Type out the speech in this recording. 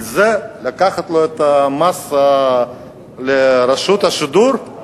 על זה לקחת לו את המס לרשות השידור,